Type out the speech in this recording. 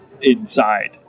inside